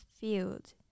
field